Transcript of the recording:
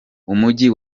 umujyi